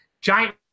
giant